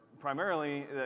primarily